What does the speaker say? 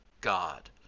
God